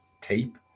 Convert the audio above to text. tape